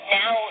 now